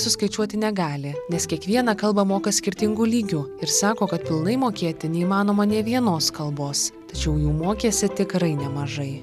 suskaičiuoti negali nes kiekvieną kalbą moka skirtingu lygiu ir sako kad pilnai mokėti neįmanoma nė vienos kalbos tačiau jų mokėsi tikrai nemažai